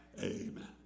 Amen